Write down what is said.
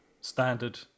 standard